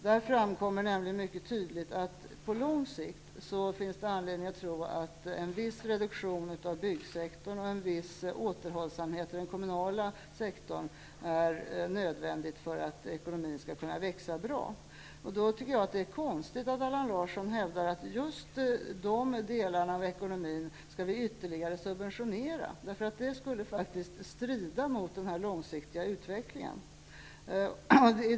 Där framkommer nämligen mycket tydligt att det finns anledning att tro att en viss reduktion av byggsektorn och en viss återhållsamhet i den kommunala sektorn är nödvändig på lång sikt för att ekonomin skall kunna växa bra. Då är det konstigt att Allan Larsson hävdar att vi ytterligare skall subventionera just de delarna av ekonomin. Det skulle strida mot den långsiktiga utvecklingen.